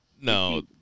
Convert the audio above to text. no